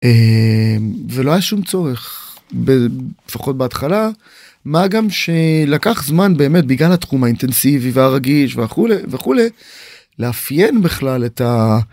ולא היה שום צורך ב.. לפחות בהתחלה מה גם שלקח זמן באמת בגלל התחום האינטנסיבי והרגיש וכולי וכולי לאפיין בכלל את ה.